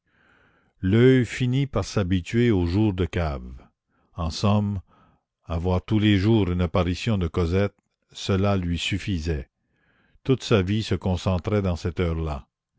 l'oeil finit par s'habituer aux jours de cave en somme avoir tous les jours une apparition de cosette cela lui suffisait toute sa vie se concentrait dans cette heure-là